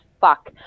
fuck